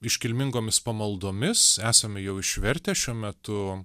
iškilmingomis pamaldomis esame jau išvertę šiuo metu